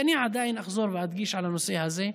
ואני עדיין אחזור ואדגיש את הנושא הזה.